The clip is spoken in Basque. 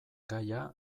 gaia